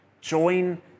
Join